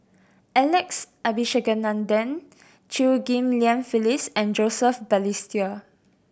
Alex Abisheganaden Chew Ghim Lian Phyllis and Joseph Balestier